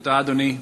תודה, אדוני,